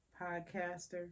Podcaster